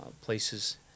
places